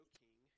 king